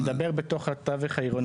אני מדבר בתוך התווך העירוני,